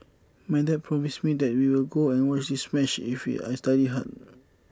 my dad promised me that we will go and watch this match if I studied hard